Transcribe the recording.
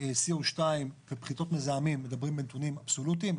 CO2 ופליטות מזהמים מדברים בנתונים אבסולוטיים.